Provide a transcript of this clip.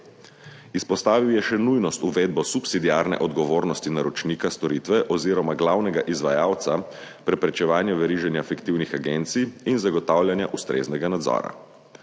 Izpostavil je še nujnost uvedbe subsidiarne odgovornosti naročnika storitve oziroma glavnega izvajalca preprečevanje veriženja fiktivnih agencij in zagotavljanja ustreznega nadzora.